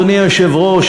אדוני היושב-ראש,